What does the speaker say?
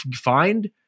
find